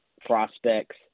prospects